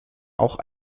auch